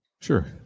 Sure